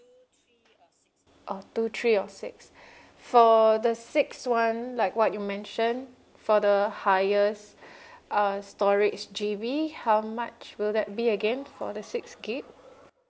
oh two three or six for the six one like what you mentioned for the highest uh storage G_B how much will that be again for the six gig